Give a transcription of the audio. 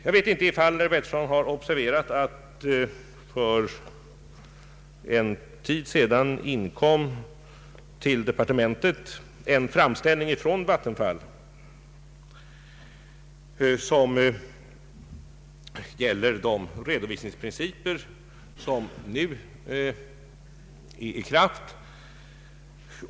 Jag vet inte om herr Pettersson har observerat, att för en tid sedan inkom till departementet en framställning från Vattenfall om de redovisningsprinciper som nu är i kraft.